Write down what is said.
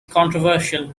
controversial